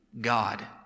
God